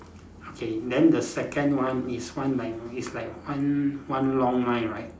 okay then the second one is one like is like one one long line right